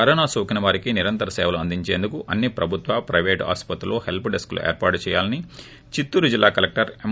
corona నోకిన వారికి నిరంతరం సేవలు అందించేందుకు అన్ని ప్రభుత్వ ప్లిపేటు ఆసుపత్రులలో హెల్ప్ డెస్క్రి లను ఏర్పాటు చేయాలని చిత్తూరు జిల్లా కలెక్షర్ ఎం